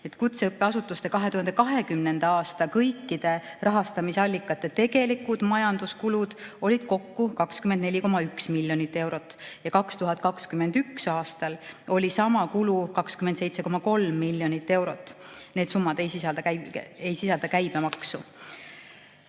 Kutseõppeasutuste 2020. aasta kõikide rahastamisallikate tegelikud majanduskulud olid kokku 24,1 miljonit eurot ja 2021. aastal oli sama kulu 27,3 miljonit eurot. Need summad ei sisalda käibemaksu.